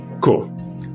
cool